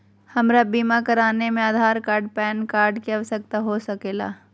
हमरा बीमा कराने में आधार कार्ड पैन कार्ड की आवश्यकता हो सके ला?